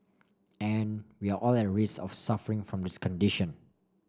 and we all are at risk of suffering from this condition